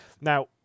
Now